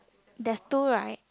there's two right